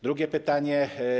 Drugie pytanie.